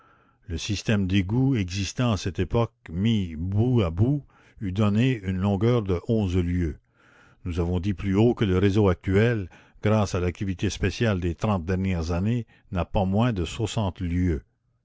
le système d'égouts existant à cette époque mis bout à bout eût donné une longueur de onze lieues nous avons dit plus haut que le réseau actuel grâce à l'activité spéciale des trente dernières années n'a pas moins de soixante lieues